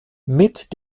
mit